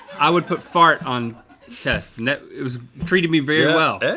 i would put fart on tests. and it was, treated me very well,